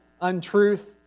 untruth